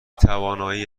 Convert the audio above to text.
توانایی